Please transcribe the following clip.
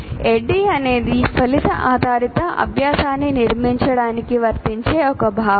ADDIE అనేది ఫలిత ఆధారిత అభ్యాసాన్ని నిర్మించడానికి వర్తించే ఒక భావన